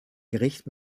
gericht